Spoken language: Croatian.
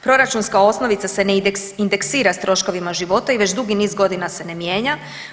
Proračunska osnovica se ne indeksira s troškovima života i već dugi niz godina se ne mijenja.